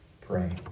pray